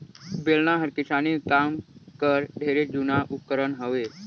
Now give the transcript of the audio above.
बेलना हर किसानी काम कर ढेरे जूना उपकरन हवे